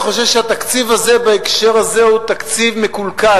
אני חושב שהתקציב הזה בהקשר הזה הוא תקציב מקולקל,